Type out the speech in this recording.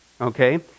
Okay